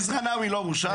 עזרא נאווי לא הורשע?